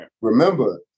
Remember